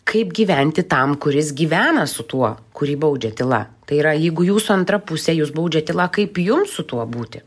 kaip gyventi tam kuris gyvena su tuo kurį baudžia tyla tai yra jeigu jūsų antra pusė jus baudžia tyla kaip jums su tuo būti